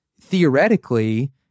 theoretically